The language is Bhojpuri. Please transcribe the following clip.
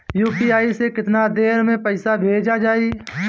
यू.पी.आई से केतना देर मे पईसा भेजा जाई?